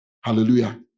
Hallelujah